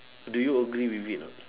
do you agree with it or not